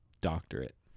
doctorate